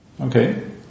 Okay